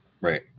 Right